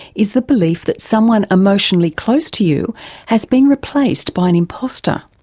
is the belief that someone emotionally close to you has been replaced by an imposter.